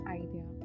idea